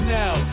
now